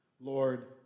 Lord